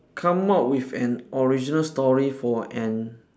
come out with an original story for an